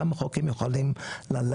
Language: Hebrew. כמה רחוק הם יכולים ללכת?